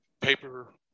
paper